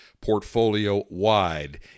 portfolio-wide